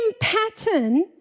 pattern